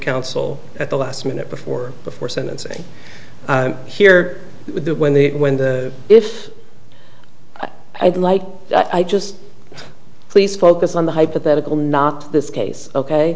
counsel at the last minute before before sentencing here when the when the if i'd like i just please focus on the hypothetical not this case ok